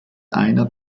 einer